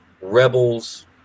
Rebels